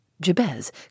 Jabez